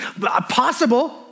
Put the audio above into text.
possible